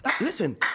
listen